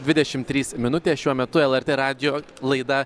dvidešim trys minutės šiuo metu lrt radijo laida